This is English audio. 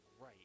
right